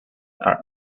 are